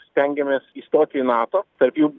stengiamės įstoti į nato tarp jų